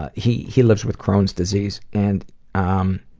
ah he he lives with crohn's disease, and um